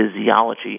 physiology